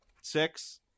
Six